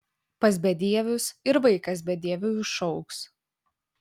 pas bedievius ir vaikas bedieviu išaugs